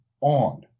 on